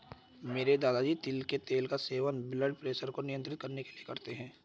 मेरे दादाजी तिल के तेल का सेवन ब्लड प्रेशर को नियंत्रित करने के लिए करते हैं